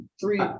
three